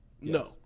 No